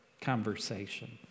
conversation